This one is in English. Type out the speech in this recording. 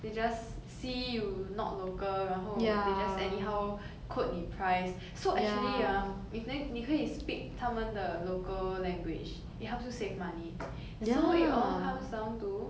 they just see you not local 然后 they just anyhow quote 你 price so actually ah if 你可以 speak 他们的 local language it helps you save money so it all comes down to